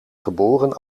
geboren